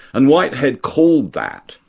and whitehead called that,